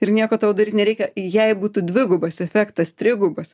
ir nieko tau daryt nereikia jai būtų dvigubas efektas trigubas